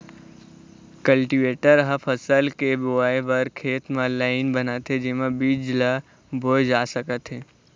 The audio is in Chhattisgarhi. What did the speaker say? कल्टीवेटर ह फसल के बोवई बर खेत म लाईन बनाथे जेमा बीज ल बोए जा सकत हे